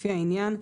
לפי העניין,